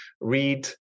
read